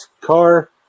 car